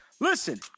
listen